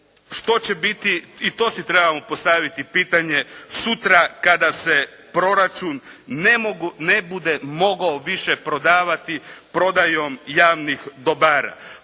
Što će biti, i to si trebamo postaviti pitanje sutra kada se proračun ne mogu, ne bude mogao više prodavati prodajom javnih dobara?